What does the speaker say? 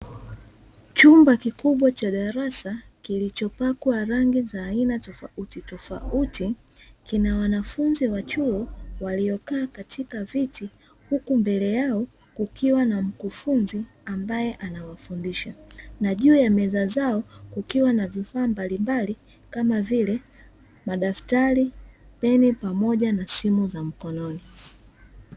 Chumba kikubwa cha darasa kilichopakwa rangi za aina tofautitofauti, kina wanafunzi wa chuo waliyokaa katika viti huku mbele yao kukiwa na mkufunzi ambaye anawafundisha na juu ya meza zao kukiwa na vifaa mbalimbali kama vile; madaftari, peni pamoja na simu za mkononi.